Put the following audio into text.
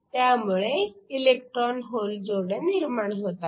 त्यामुळे electron hole जोड्या निर्माण होतात